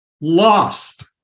lost